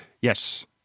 Yes